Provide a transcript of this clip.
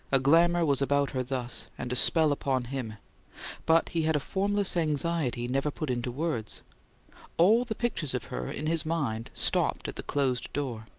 a glamour was about her thus, and a spell upon him but he had a formless anxiety never put into words all the pictures of her in his mind stopped at the closed door.